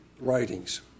writings